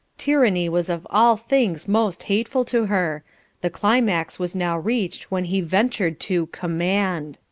tyranny was of all things most hateful to her the climax was now reached when he ventured to command.